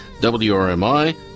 WRMI